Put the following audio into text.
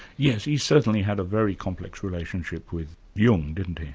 yes, he certainly had a very complex relationship with jung, didn't he?